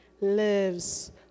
lives